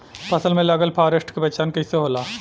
फसल में लगल फारेस्ट के पहचान कइसे होला?